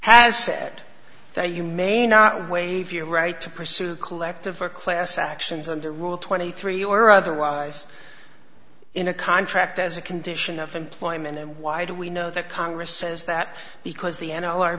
has said that you may not waive your right to pursue collective or class actions under rule twenty three or otherwise in a contract as a condition of employment and why do we know the congress says that because the n